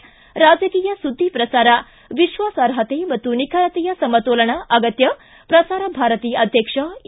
ಿ ರಾಜಕೀಯ ಸುದ್ದಿ ಪ್ರಸಾರ ವಿಶ್ವಾಸಾರ್ಹತೆ ಮತ್ತು ನಿಖರತೆಯ ಸಮತೋಲನ ಅಗತ್ಯ ಪ್ರಸಾರ ಭಾರತಿ ಅಧ್ಯಕ್ಷ ಎ